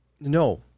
No